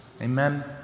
Amen